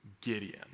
Gideon